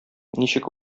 ничек